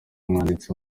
umwanditsi